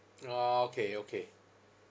okay okay